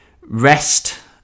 rest